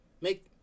make